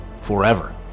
forever